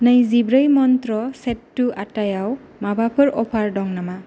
नैजिब्रै मनथ्रा सेत्तु आटायाव माबाफोर अफार दङ नामा